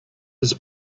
his